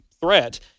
threat